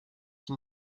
qui